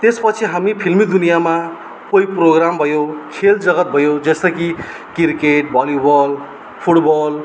त्यसपछि हामी फिल्मी दुनियामा कोही प्रोग्राम भयो खेल जगत भयो जस्तै कि क्रिकेट भलिबल फुटबल